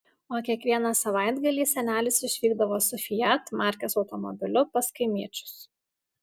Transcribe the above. o kiekvieną savaitgalį senelis išvykdavo su fiat markės automobiliu pas kaimiečius